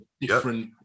different